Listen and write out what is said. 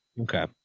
Okay